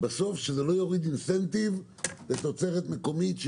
בסוף שזה לא יוריד אינסנטיב לתוצרת מקומית?